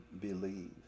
believe